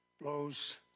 blows